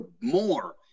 more